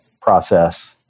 process